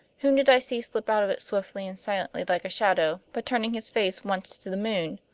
whom did i see slip out of it swiftly and silently like a shadow, but turning his face once to the moon?